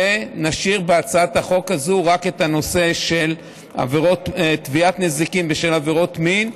ונשאיר בהצעת החוק הזאת רק את הנושא של תביעת נזיקין בשל עבירות מין,